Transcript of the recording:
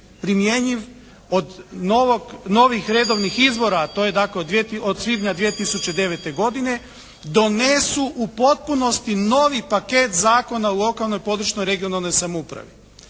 primjenjiv od novih redovnih izbora a to je dakle od svibnja 2009. godine donesu u potpunosti novi paket Zakona o lokalnoj i područnoj regionalnoj samoupravi